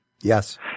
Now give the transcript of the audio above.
Yes